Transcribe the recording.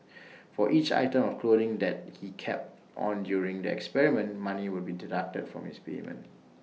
for each item of clothing that he kept on during the experiment money would be deducted from his payment